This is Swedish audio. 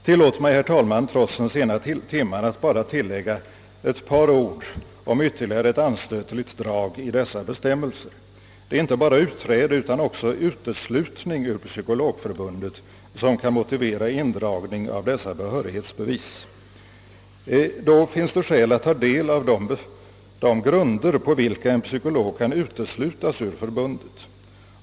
Tillåt mig också, herr talman, att trots den sena timmen tillägga några ord om ytterligare ett anstötligt drag i Psykologförbundets bestämmelser, nämligen att inte bara utträde utan också uteslutning ur Psykologförbundet kan motivera indragning av behörighetsbevis. Det kan därför finnas skäl att ta del av de grunder på vilka en psykolog kan uteslutas ur förbundet.